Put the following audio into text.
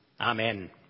Amen